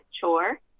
chore